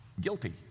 guilty